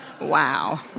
Wow